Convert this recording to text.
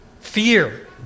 Fear